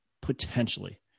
potentially